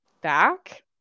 back